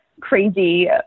crazy